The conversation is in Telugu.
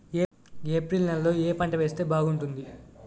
ఏప్రిల్ నెలలో ఏ పంట వేస్తే బాగుంటుంది?